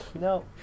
No